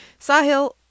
Sahil